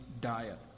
diet